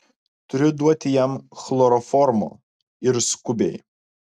turiu duoti jam chloroformo ir skubiai